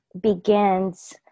begins